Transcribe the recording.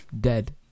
dead